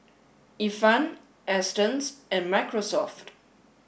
Ifan Astons and Microsoft